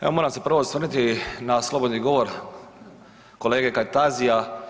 Evo moram se prvo osvrnuti na slobodni govor kolege Kajtazija.